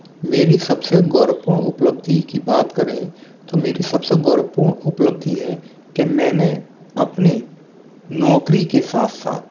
मेरी सब से गौरवपूर्ण उपलब्धि की बात करें तो मेरी सब से गौरवपूर्ण उपलब्धि है के मैंने अपनी नौकरी के साथ साथ